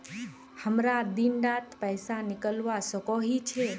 हमरा दिन डात पैसा निकलवा सकोही छै?